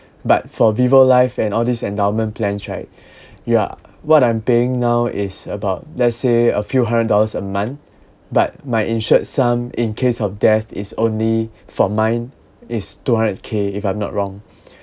but for vivo life and all this endowment plans right ya what I'm paying now is about let's say a few hundred dollars a month but my insured sum in case of death is only for mine is two hundred K if I'm not wrong